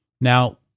Now